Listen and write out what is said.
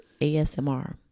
ASMR